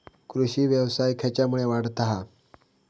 कृषीव्यवसाय खेच्यामुळे वाढता हा?